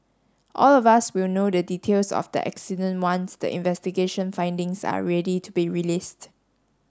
all of us will know the details of the accident once the investigation findings are ready to be released